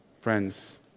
Friends